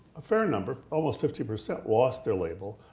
a fair number, almost fifty percent lost their label.